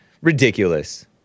Ridiculous